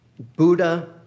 Buddha